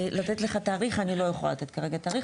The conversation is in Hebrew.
לתת לך תאריך, אני כרגע לא יכולה תאריך.